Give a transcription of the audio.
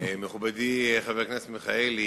מכובדי חבר הכנסת מיכאלי,